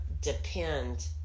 depend